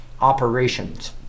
operations